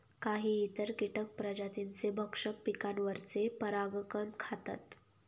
काही इतर कीटक प्रजातींचे भक्षक पिकांवरचे परागकण खातात